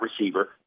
receiver